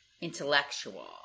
intellectual